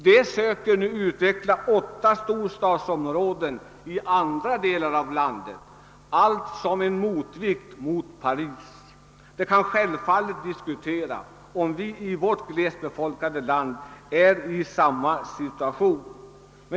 Man söker nu utveckla åtta storstadsområden i andra delar av landet som en motvikt mot Paris. Det kan självfallet diskuteras, om vi i vårt glesbefolkade land befinner oss i samma situation.